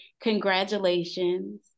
Congratulations